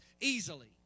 easily